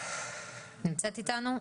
בבקשה.